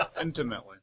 Intimately